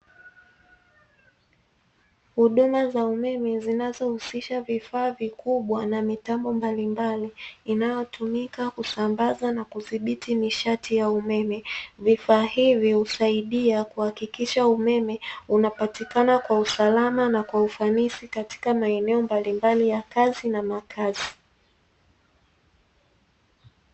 Huduma za umeme zinazohusisha vifaa vikubwa na mitambo mbalimbali inayotumika kusambaza na kudhibiti nishati ya umeme, vifaa hivi husaidia kuhakikisha umeme unapatikana kwa usalama na kwa ufanisi katika maeneo mbalimbali ya kazi na makazi.